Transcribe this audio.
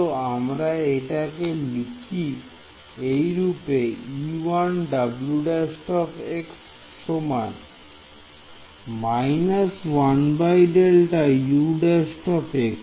চলো আমরা এটাকে লিখি এইরূপে e1 W′ সমান − 1Δ U′